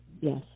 Yes